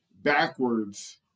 Backwards